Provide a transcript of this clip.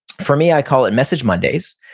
for me i call it message mondays,